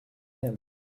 him